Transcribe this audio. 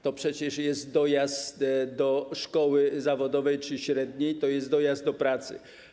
To przecież jest dojazd do szkoły zawodowej czy średniej, to jest dojazd do pracy.